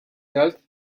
health